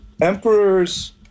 emperor's